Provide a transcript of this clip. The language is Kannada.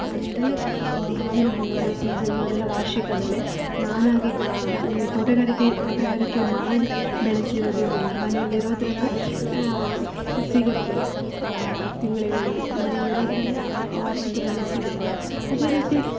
ಅದೆಲ್ಲ ಮಾವಿನ ಹಣ್ಣು ಹಲಸಿನ ಹಣ್ಣು ಅದೆಲ್ಲ ವಾರ್ಷಿಕ ಬೆಳೆ ನಾನಾಗಿ ಗ ತೋಟಗಾರಿಕೆ ತೋಟಗಾರಿಕೆ ಮಾಡಿ ಬೆಳೆಸಿರೋದೇನಿಲ್ಲ ಮನೇಲಿರೋದರಲ್ಲೆ ಸಿಗುತ್ತೆ ತಿಂಗ್ಳಿಗೊಂದು ಮನೆಯಲ್ಲಿರೋದ್ರಲ್ಲೆ ವಾರ್ಷಿಕ ಬೆಳೆ ಸಿಗುತ್ತೆ ಅದೇ ರೀತಿ